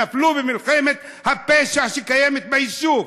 נפלו במלחמת הפשע שקיימת ביישוב.